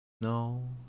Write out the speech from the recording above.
No